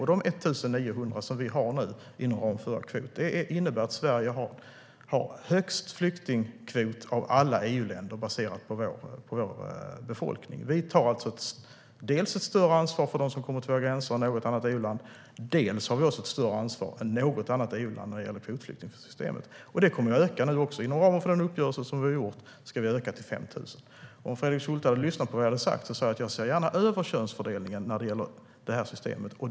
Med de 1 900 som vi har inom ramen för vår kvot nu har Sverige störst flyktingkvot av alla EU-länder, sett till vår befolkningsmängd. Vi tar alltså dels ett större ansvar för dem som kommer till våra gränser än något annat EU-land, dels ett större ansvar än något annat EU-land när det gäller kvotflyktingssystemet. Det kommer också att öka. Inom ramen för den uppgörelse vi har ska kvoten ökas till 5 000. Om Fredrik Schulte hade lyssnat på vad jag sa hade han hört att jag gärna ser över könsfördelningen i det systemet.